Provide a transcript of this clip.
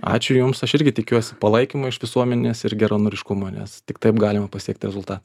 ačiū jums aš irgi tikiuosi palaikymo iš visuomenės ir geranoriškumo nes tik taip galima pasiekti rezultatą